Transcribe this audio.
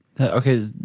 okay